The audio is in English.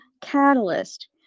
catalyst